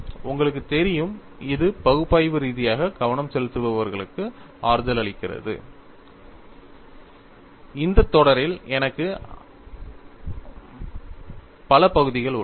உங்களுக்குத் தெரியும் இது பகுப்பாய்வு ரீதியாக கவனம் செலுத்துபவர்களுக்கு ஆறுதலளிக்கிறது இந்தத் தொடரில் எனக்கு பல பகுதிகள் உள்ளன